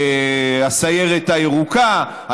הסיירת הירוקה,